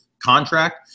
contract